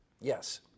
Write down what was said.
Yes